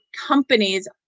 companies